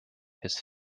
his